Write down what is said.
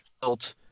built